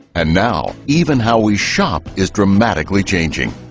and now, even how we shop is dramatically changing.